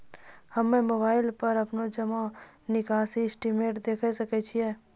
हम्मय मोबाइल पर अपनो जमा निकासी स्टेटमेंट देखय सकय छियै?